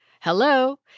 hello